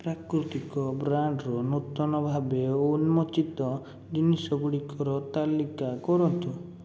ପ୍ରାକୃତିକ ବ୍ରାଣ୍ଡ୍ର ନୂତନ ଭାବେ ଉନ୍ମୋଚିତ ଜିନିଷ ଗୁଡ଼ିକର ତାଲିକା କରନ୍ତୁ